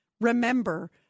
remember